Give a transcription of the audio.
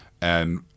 And-